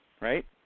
right